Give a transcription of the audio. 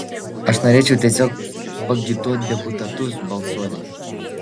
aš norėčiau tiesiog paagituot deputatus balsuoti